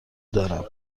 دارم